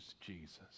Jesus